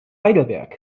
heidelberg